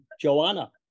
Joanna